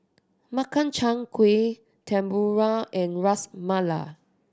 Makchang Gui Tempura and Ras Malai